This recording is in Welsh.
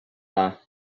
dda